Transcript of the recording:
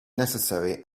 necessary